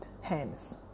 hands